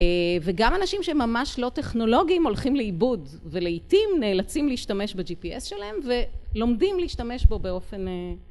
וגם אנשים שממש לא טכנולוגיים הולכים לאיבוד ולעיתים נאלצים להשתמש ב-GPS שלהם ולומדים להשתמש בו באופן